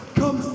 come